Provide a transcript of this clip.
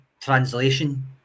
translation